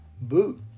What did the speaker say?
boot